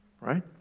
right